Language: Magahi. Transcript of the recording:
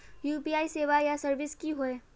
यु.पी.आई सेवाएँ या सर्विसेज की होय?